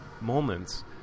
moments